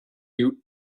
you